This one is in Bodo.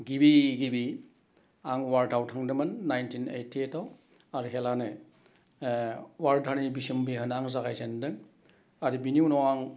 गिबि गिबि आं वार्डआव थांदोंमोन नाइनटिन ओइटि ओइदाव आरो हेलानो वार्डानि बिसोम्भियान जागाय जेन्दों आरो बिनि उनाव आं